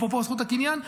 אפרופו זכות הקניין.